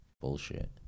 Bullshit